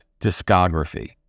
discography